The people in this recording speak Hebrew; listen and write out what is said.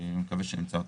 ואני מקווה שנמצא אותו.